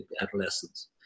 adolescents